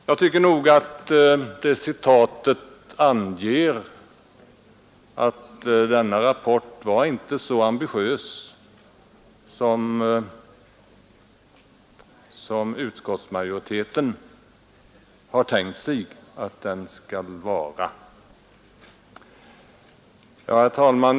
Jag tycker nog att det citatet anger att denna rapport inte var så ambitiös som utskottsmajoriteten tänker sig. Herr talman!